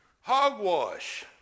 Hogwash